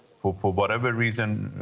for for whatever reason,